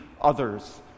others